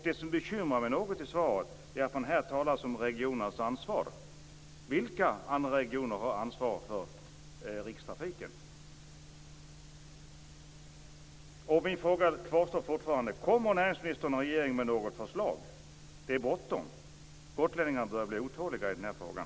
Det som bekymrar mig något i svaret är att det talas om regionernas ansvar. Vilka andra regioner har ansvar för rikstrafiken? Min fråga kvarstår fortfarande: Kommer näringsministern och regeringen med något förslag? Det är bråttom. Gotlänningarna börjar bli otåliga i den här frågan.